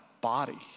body